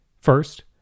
First